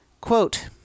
Quote